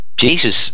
Jesus